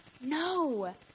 No